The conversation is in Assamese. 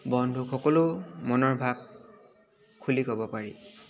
বন্ধুক সকলো মনৰ ভাৱ খুলি ক'ব পাৰি